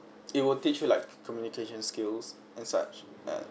it will teach you like communication skills and such uh